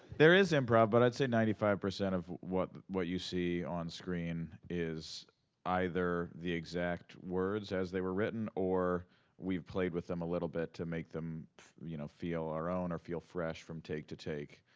there is improv, but i'd say ninety five percent of what what you see on screen is either the exact words as they were written or we've played with them a little bit to make them you know feel our own, or feel fresh, from take-to-take.